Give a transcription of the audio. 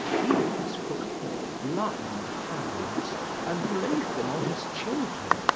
oedipus put forth blind hands and laid them on his children,